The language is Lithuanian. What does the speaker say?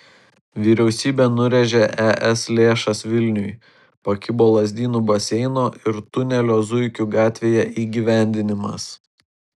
vyriausybė nurėžė es lėšas vilniui pakibo lazdynų baseino ir tunelio zuikių gatvėje įgyvendinimas